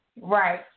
Right